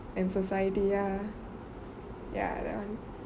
and society ya ya that one